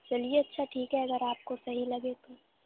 چلیے اچھا ٹھیک ہے اگر آپ کو صحیح لگے تو